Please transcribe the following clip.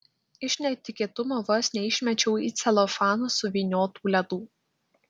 iš netikėtumo vos neišmečiau į celofaną suvyniotų ledų